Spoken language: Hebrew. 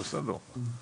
בסדר.